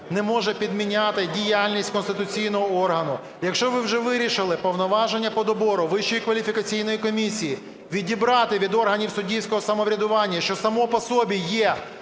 не може підміняти діяльність конституційного органу. Якщо ви вже вирішили повноваження по добору Вищої кваліфікаційної комісії відібрати від органів суддівського самоврядування, що само по собі є